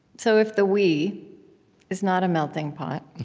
so if the we is not a melting pot,